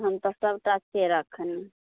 हम तऽ सबटा छियै रखने